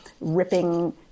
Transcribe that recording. ripping